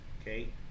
okay